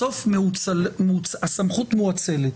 בסוף הסמכות מואצלת.